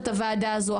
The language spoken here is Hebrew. זאת הוועדה הזו.